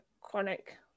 chronic